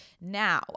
Now